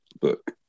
book